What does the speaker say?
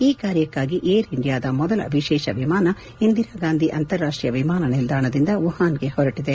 ಈ ಕಾರ್ಯಕ್ನಾಗಿ ಏರ್ ಇಂಡಿಯಾದ ಮೊದಲ ವಿಶೇಷ ವಿಮಾನ ಇಂದಿರಾಗಾಂಧಿ ಅಂತಾರಾಷ್ಷೀಯ ವಿಮಾನ ನಿಲ್ಲಾಣದಿಂದ ವುಹಾನ್ ಗೆ ಹೊರಟಿದೆ